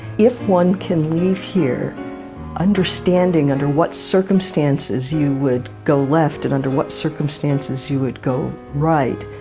if one can leave here understanding under what circumstances you would go left and under what circumstances you would go right,